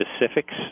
specifics